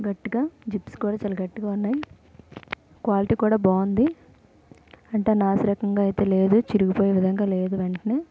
గట్టిగా జిప్స్ కూడా చాలా గట్టిగా ఉన్నాయి క్వాలిటీ కూడా బాగుంది అంటే నాసిరకంగా అయితే లేదు చిరిగిపోయే విధంగా లేదు వెంటనే